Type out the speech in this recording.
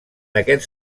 aquests